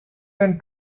than